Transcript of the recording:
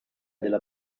della